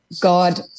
God